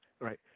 right